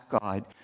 God